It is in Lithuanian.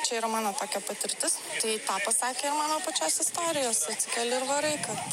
čia yra mano tokia patirtis tai tą pasakė ir mano pačios istorijos atsikeli ir varai kad